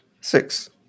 Six